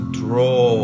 draw